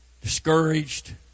discouraged